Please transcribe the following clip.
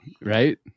right